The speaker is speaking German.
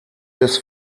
des